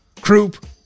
croup